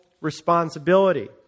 responsibility